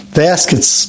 baskets